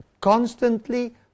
constantly